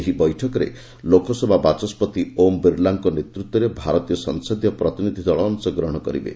ଏହି ବୈଠକରେ ଲୋକସଭା ବାଚସ୍କତି ଓମ୍ ବିର୍ଲାଙ୍କ ନେତୃତ୍ୱରେ ଭାରତୀୟ ସଂସଦୀୟ ପ୍ରତିନିଧି ଦଳ ଅଂଶଗ୍ହଣ କରିବେ